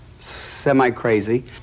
Semi-crazy